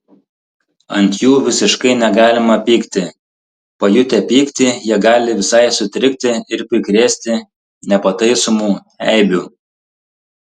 ant jų visiškai negalima pykti pajutę pyktį jie gali visai sutrikti ir prikrėsti nepataisomų eibių